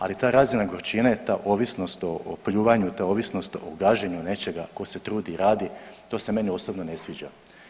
Ali ta razina gorčine, ta ovisnost o pljuvanju, ta ovisnost o gaženju nečega tko se trudi i radi to se meni osobno ne sviđa.